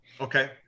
Okay